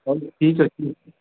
ତାହେଲେ ଠିକ୍ ଅଛି